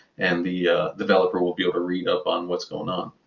and the developer will be able to read up on what's going on.